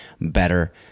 better